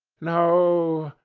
no.